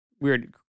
weird